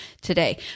today